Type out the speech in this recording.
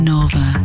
Nova